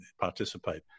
participate